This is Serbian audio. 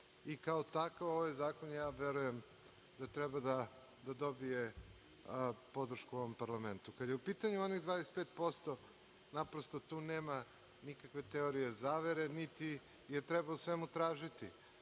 i kao takav ovaj zakon, ja verujem da treba da dobije podršku u ovom parlamentu. Kada su u pitanju onih 25%, naprosto tu nema nikakve teorije zavere, niti je treba u svemu tražiti.